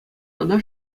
ӑна